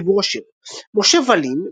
חיבור השיר משה ואלין,